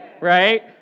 Right